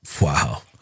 Wow